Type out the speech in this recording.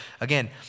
again